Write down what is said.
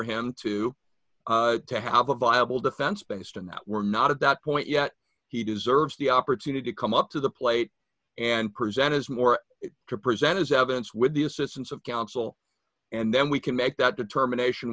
him to to have a viable defense based on that we're not at that point yet he deserves the opportunity to come up to the plate and present as more to present his evidence with the assistance of counsel and then we can make that determination